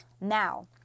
Now